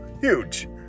huge